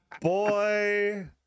Boy